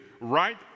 right